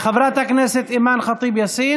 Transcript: חברת הכנסת אימאן ח'טיב יאסין